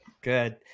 Good